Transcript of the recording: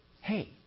Hey